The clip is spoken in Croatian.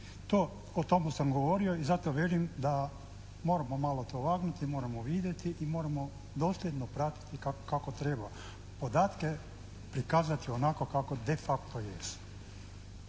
O tome sam govorio i zato kažem da moramo malo to vagnuti, moramo vidjeti i moramo dosljedno pratiti kako treba, podatke prikazati onako kako de facto jesu.